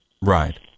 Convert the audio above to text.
Right